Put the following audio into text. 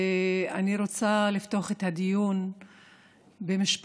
אני רוצה לפתוח את הדיון במשפט